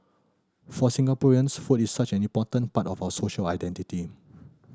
for Singaporeans food is such an important part of our social identity